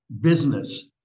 business